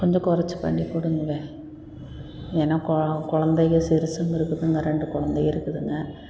கொஞ்சம் குறச்சி பண்ணி கொடுங்க ஏன்னா கொ குழந்தைங்க சிறுசுங்க இருக்குதுங்க ரெண்டு குழந்தைக இருக்குதுங்க